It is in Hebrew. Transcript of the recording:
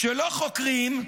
כשלא חוקרים,